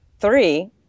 three